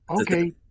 Okay